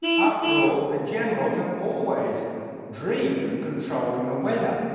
after all, the generals have always dreamed of controlling the weather.